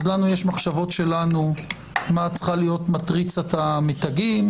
אז לנו יש מחשבות שלנו מה צריכה להיות מטריצת המתגים,